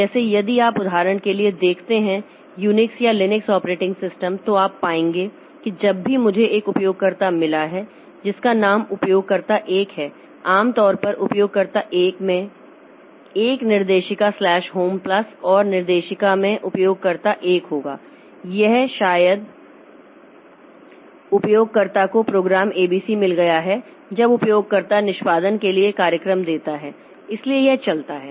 जैसे यदि आप उदाहरण के लिए देखते हैं यूनिक्स या लिनक्स ऑपरेटिंग सिस्टम तो आप पाएंगे कि जब भी मुझे एक उपयोगकर्ता मिला है जिसका नाम उपयोगकर्ता 1 है आम तौर पर उपयोगकर्ता 1 में एक निर्देशिका स्लैश होम प्लस और निर्देशिका में उपयोगकर्ता 1 होगा यह शायद उपयोगकर्ता को प्रोग्राम एबीसी मिल गया है जब उपयोगकर्ता निष्पादन के लिए कार्यक्रम देता है इसलिए यह चलता है